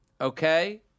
Okay